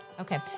Okay